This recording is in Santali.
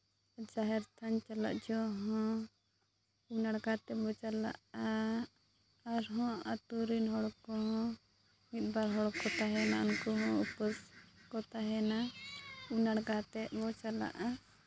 ᱡᱟᱦᱮᱨ ᱛᱷᱟᱱ ᱪᱟᱞᱟᱜ ᱡᱚᱠᱷᱚᱱ ᱦᱚᱸ ᱩᱢ ᱱᱟᱲᱠᱟ ᱠᱟᱛᱮᱫ ᱵᱚᱱ ᱪᱟᱞᱟᱜᱼᱟ ᱟᱨ ᱦᱚᱸ ᱟᱹᱛᱩ ᱨᱮᱱ ᱦᱚᱲ ᱠᱚᱦᱚᱸ ᱢᱤᱫᱵᱟᱨ ᱦᱚᱲ ᱠᱚ ᱛᱟᱦᱮᱱᱟ ᱩᱱᱠᱩ ᱦᱚᱸ ᱩᱯᱟᱹᱥ ᱠᱚ ᱛᱟᱦᱮᱱᱟ ᱩᱢ ᱱᱟᱲᱠᱟ ᱠᱟᱛᱮᱫ ᱵᱚᱱ ᱪᱟᱞᱟᱜᱼᱟ